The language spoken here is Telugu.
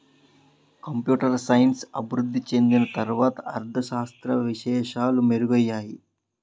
కంప్యూటర్ సైన్స్ అభివృద్ధి చెందిన తర్వాత అర్ధ శాస్త్ర విశేషాలు మెరుగయ్యాయి